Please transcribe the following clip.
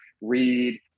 read